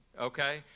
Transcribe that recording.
okay